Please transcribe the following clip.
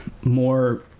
more